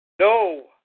No